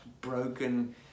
broken